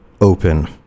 open